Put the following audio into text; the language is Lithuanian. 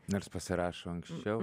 nors pasirašo anksčiau